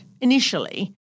initially